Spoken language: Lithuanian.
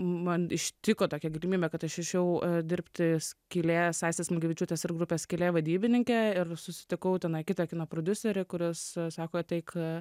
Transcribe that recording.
man ištiko tokia galimybė kad aš išėjau dirbti skylė aistės smilgevičiūtės ir grupės skylė vadybininkę ir susitikau ten kitą kino prodiuserį kuris sako ateik